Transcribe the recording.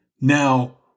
Now